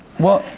well,